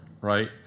right